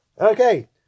Okay